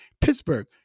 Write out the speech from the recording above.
Pittsburgh